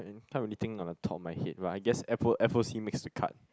can't really think on the top of my head but I guess apple apple seem makes the cut